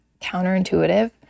counterintuitive